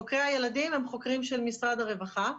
חוקרי הילדים הם חוקרים של משרד הרווחה.